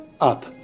up